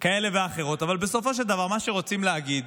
כאלה ואחרות, אבל בסופו של דבר מה שרוצים להגיד